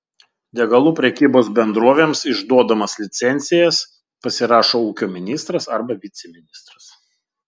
degalų prekybos bendrovėms išduodamas licencijas pasirašo ūkio ministras arba viceministras